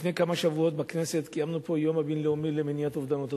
לפני כמה שבועות קיימנו פה בכנסת את היום הבין-לאומי למניעת אובדנות,